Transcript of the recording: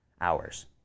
hours